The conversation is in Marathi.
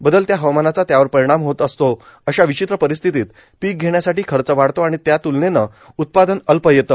बदलत्या हवामानाचा त्यावर परिणाम होत असतो अशा विचित्र परिस्थितीत पीक घेण्यासाठी खर्च वाढतो आणि त्यात्लनेने उत्पादन अल्प येते